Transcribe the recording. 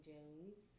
Jones